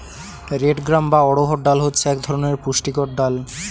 red gram বা অড়হর ডাল হচ্ছে এক ধরনের পুষ্টিকর ডাল